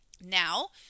Now